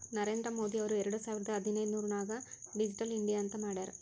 ನರೇಂದ್ರ ಮೋದಿ ಅವ್ರು ಎರಡು ಸಾವಿರದ ಹದಿನೈದುರ್ನಾಗ್ ಡಿಜಿಟಲ್ ಇಂಡಿಯಾ ಅಂತ್ ಮಾಡ್ಯಾರ್